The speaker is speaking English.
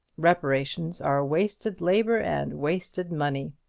reparations are wasted labour and wasted money.